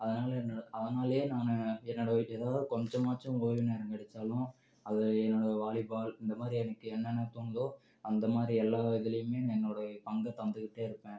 அதனால என்னோடய அதனாலயே நான் என்னோடய ஏதாவது கொஞ்சமாச்சும் ஓய்வு நேரம் கிடைச்சாலும் அதை என்னோடய வாலிபால் இந்த மாதிரி எனக்கு என்னென்ன தோணுதோ அந்த மாதிரி எல்லாம் இதுலேயுமே என்னோடய பங்கை தந்துக்கிட்டு இருப்பேன்